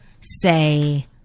say